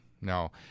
no